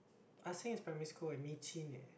Ah-Seng is primary school and eh